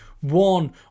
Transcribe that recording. one